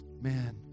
Man